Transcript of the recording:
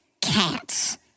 cats